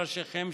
"ראשיכם,